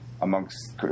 amongst